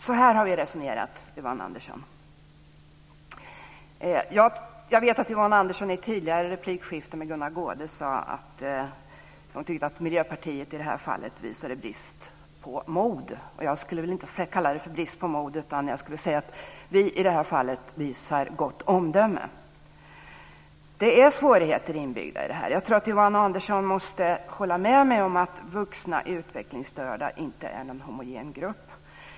Herr talman! Jag ska tala om hur vi har resonerat, Jag vet att Yvonne Andersson i tidigare replikskifte med Gunnar Goude sade att hon tyckte att Miljöpartiet i detta fall visade brist på mod. Jag skulle inte vilja kalla det brist på mod, utan jag skulle vilja säga att vi i det här fallet visar gott omdöme. Det är svårigheter inbyggda i detta. Jag tror att Yvonne Andersson måste hålla med mig om att vuxna utvecklingsstörda inte är någon homogen grupp.